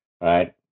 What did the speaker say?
right